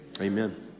Amen